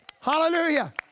Hallelujah